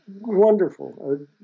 wonderful